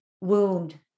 wound